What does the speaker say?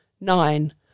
Nine